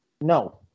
No